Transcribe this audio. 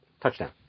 touchdown